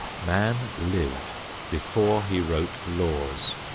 man lived before he wrote laws,